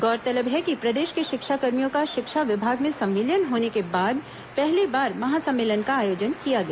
गौरतलब है कि प्रदेश के शिक्षाकर्मियों का शिक्षा विभाग में संविलियन होने के बाद पहली बार महासम्मेलन का आयोजन किया गया